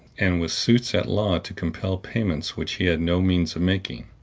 and with suits at law to compel payments which he had no means of making.